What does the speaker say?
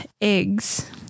eggs